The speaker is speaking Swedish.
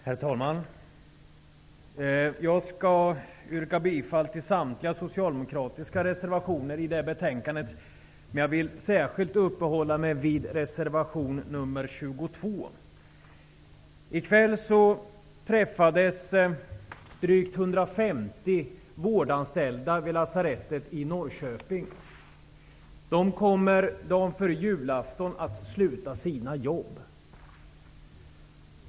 Herr talman! Jag skall yrka bifall till samtliga socialdemokratiska reservationer i betänkandet. Men jag vill särskilt uppehålla mig vid reservation I kväll träffades drygt 150 vårdanställda vid Lasarettet i Norrköping. De kommer dagen före julaftonen att sluta sina jobb.